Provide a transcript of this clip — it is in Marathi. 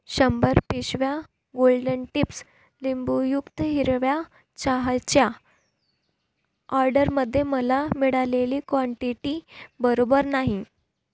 शंभर पिशव्या गोल्डन टिप्स लिंबूयुक्त हिरव्या चहाच्या ऑर्डरमध्ये मला मिळालेली क्वांटिटी बरोबर नाही